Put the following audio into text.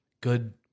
good